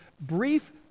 brief